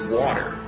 water